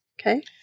Okay